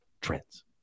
trends